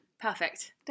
Perfect